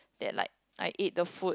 that like I ate the food